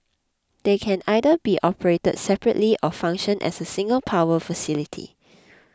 they can either be operated separately or function as a single power facility